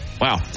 Wow